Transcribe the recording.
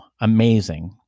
amazing